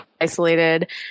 isolated